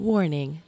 Warning